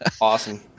Awesome